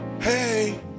hey